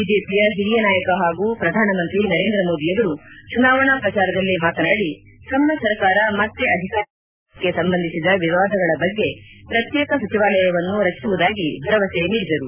BJP ಹಿರಿಯ ನಾಯಕ ಹಾಗೂ ಪ್ರಧಾನಮಂತ್ರಿ ನರೇಂದ್ರ ಮೋದಿಯವರು ಚುನಾವಣಾ ಪ್ರಚಾರದಲ್ಲಿ ಮಾತನಾಡಿ ತಮ್ನ ಸರ್ಕಾರ ಮತ್ತೆ ಅಧಿಕಾರಕ್ಕೆ ಬಂದರೆ ಜಲ ವಿಷಯಕ್ಕೆ ಸಂಬಂಧಿಸಿದ ವಿವಾದಗಳ ಬಗ್ಗೆ ಪ್ರತ್ಯೇಕ ಸಚಿವಾಲಯವನ್ನು ರಚಿಸುವುದಾಗಿ ಭರವಸೆ ನೀಡಿದರು